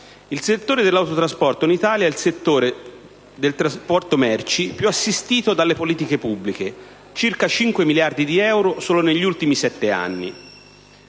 Il settore dell'autotrasporto nel nostro Paese è il comparto del trasporto merci più assistito dalle politiche pubbliche (circa 5 miliardi di euro solo negli ultimi sette anni),